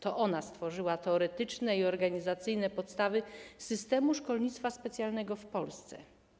To ona stworzyła teoretyczne i organizacyjne podstawy systemu szkolnictwa specjalnego w Polsce.